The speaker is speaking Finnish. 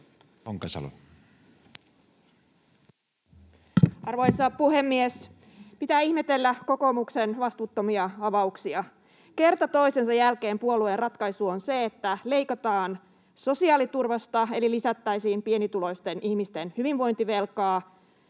Arvoisa puhemies! Pitää ihmetellä kokoomuksen vastuuttomia avauksia. Kerta toisensa jälkeen puolueen ratkaisu on se, että leikataan sosiaaliturvasta, eli lisättäisiin pienituloisten ihmisten hyvinvointivelkaa